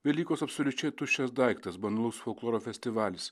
velykos absoliučiai tuščias daiktas banalus folkloro festivalis